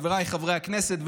חבריי חברי הכנסת,